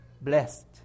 blessed